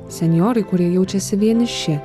senjorai kurie jaučiasi vieniši